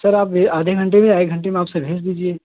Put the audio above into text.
sir आप ये आधे घंटे में या एक घंटे में आप सर भेज दीजिए